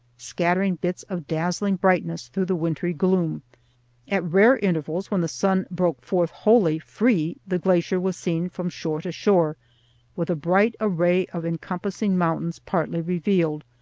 scattering bits of dazzling brightness through the wintry gloom at rare intervals, when the sun broke forth wholly free, the glacier was seen from shore to shore with a bright array of encompassing mountains partly revealed,